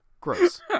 gross